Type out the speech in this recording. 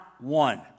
one